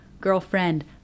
Girlfriend